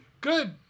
Good